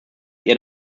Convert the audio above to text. ihr